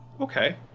Okay